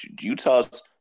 Utah's